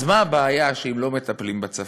אז מה הבעיה אם לא מטפלים בצפון?